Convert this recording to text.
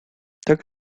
tak